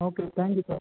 okay thank you sir